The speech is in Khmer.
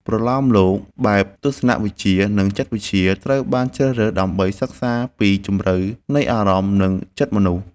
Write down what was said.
ប្រលោមលោកបែបទស្សនវិជ្ជា និងចិត្តវិទ្យា ត្រូវបានជ្រើសរើសដើម្បីសិក្សាពីជម្រៅនៃអារម្មណ៍ និងចិត្តមនុស្ស។